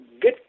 good